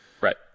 Right